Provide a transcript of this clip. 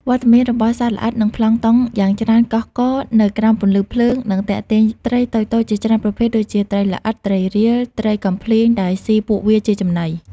វត្តមានរបស់សត្វល្អិត និងប្លង់តុងយ៉ាងច្រើនកុះករនៅក្រោមពន្លឺភ្លើង នឹងទាក់ទាញ ត្រីតូចៗ ជាច្រើនប្រភេទ ដូចជាត្រីល្អិត ត្រីរៀល ត្រីកំភ្លាញ ដែលស៊ីពួកវាជាចំណី។